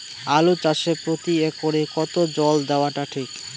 আলু চাষে প্রতি একরে কতো জল দেওয়া টা ঠিক?